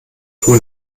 obwohl